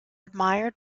admired